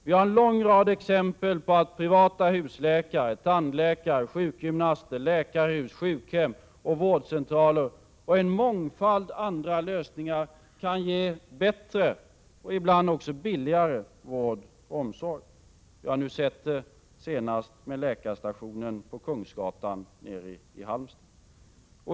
Vi har en lång rad av exempel på att privata husläkare, tandläkare, sjukgymnaster, läkarhus, sjukhem, vårdcentraler och en mångfald andra lösningar kan ge bättre och ibland också billigare vård och omsorg. Nu senast har vi sett detta med läkarstationen på Kungsgatan nere i Halmstad.